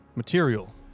material